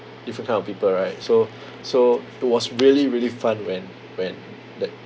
different kind of people right so so it was really really fun when when that